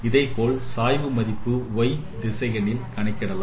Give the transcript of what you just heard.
அதேபோல் சாய்வு மதிப்பை y திசையில் கணக்கிடலாம்